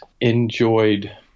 enjoyed